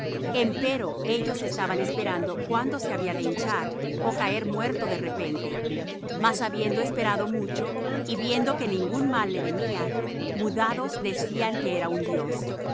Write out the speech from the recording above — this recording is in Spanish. padeció empero ellos estaban esperando cuándo se había de hinchar ó caer muerto de repente mas habiendo esperado mucho y viendo que ningún mal le venía mudados decían que era un dios